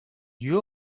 you